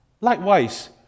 Likewise